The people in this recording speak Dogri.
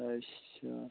अच्छा